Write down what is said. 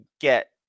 get